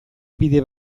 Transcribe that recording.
bide